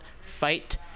Fight